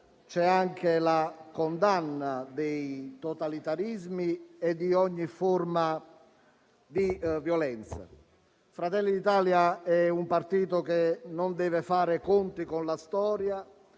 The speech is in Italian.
c'è anche la condanna dei totalitarismi e di ogni forma di violenza. Fratelli d'Italia è un partito che non deve fare i conti con la storia,